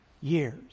years